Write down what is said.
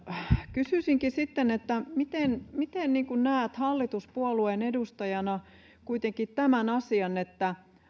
kysyisinkin sitten miten miten näet hallituspuolueen edustajana kuitenkin tämän asian että